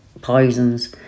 poisons